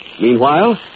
Meanwhile